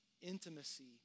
Intimacy